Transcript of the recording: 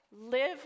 live